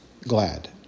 glad